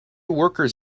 workers